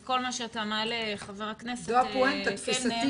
כל מה שאתה מעלה חבר הכנסת קלנר,